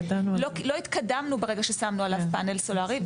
לא התקדמנו ברגע ששמנו עליו פאנל סולרי,